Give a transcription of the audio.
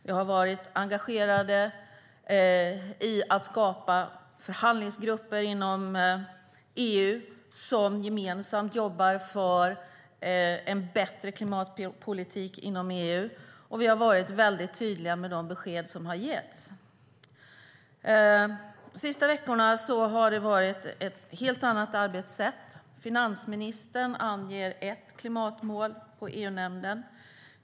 Vi har varit engagerade i att skapa förhandlingsgrupper inom EU som gemensamt jobbar för en bättre klimatpolitik inom EU, och vi har varit väldigt tydliga med de besked som har getts. De senaste veckorna har det varit ett helt annat arbetssätt. Finansministern angav ett klimatmål på EU-nämnden.